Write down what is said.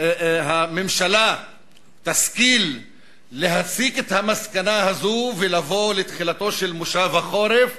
הממשלה תשכיל להסיק את המסקנה הזאת ולבוא לתחילתו של מושב החורף